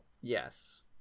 yes